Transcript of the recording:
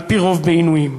על-פי רוב בעינויים.